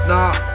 Nah